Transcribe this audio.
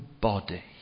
body